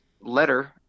letter